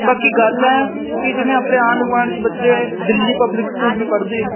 ਬਾਕੀ ਗੱਲ ਕਿ ਜਿਵੇਂ ਆਪਣੇ ਆਂਡ ਗੁਆਡ ਚ ਬੱਚੇ ਦਿੱਲੀ ਪਬਲਿਕ ਸਕੂਲ ਵੀ ਪੜ੍ਹਦੇ ਆ